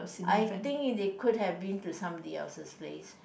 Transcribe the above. I think they could have been to somebody else's place